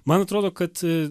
man atrodo kad